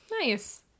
Nice